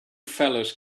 fellows